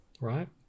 Right